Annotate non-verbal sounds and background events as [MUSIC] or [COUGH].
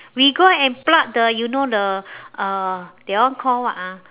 we go and pluck the you know the [BREATH] uh that one call what ah